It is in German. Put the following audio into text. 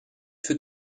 für